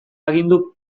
agindu